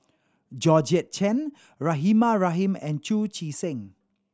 Georgette Chen Rahimah Rahim and Chu Chee Seng